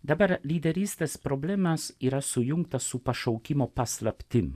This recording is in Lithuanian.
dabar lyderystės problemas yra sujungtas su pašaukimo paslaptim